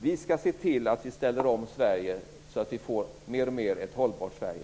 Vi skall se till att ställa om Sverige så att vi får ett alltmer hållbart Sverige.